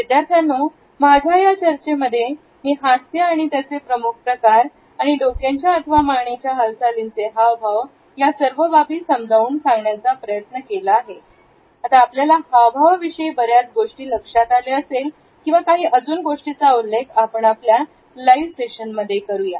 तर विद्यार्थ्यांनो माझ्या या चर्चेमध्ये मी हास यांचे प्रमुख प्रकार आणि डोक्याच्या अथवा मानेच्या हालचालींचे हावभाव या सर्व बाबी समजावून सांगण्याचा प्रयत्न केला आता आपल्याला हावभावन विषयी बऱ्याच गोष्टी लक्षात आले असेल काही अजून गोष्टींचा उल्लेख आपण आपल्या लाइव सेशनमध्ये करूया